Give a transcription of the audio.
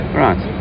right